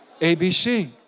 ABC